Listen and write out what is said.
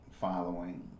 following